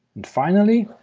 and finally,